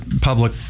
public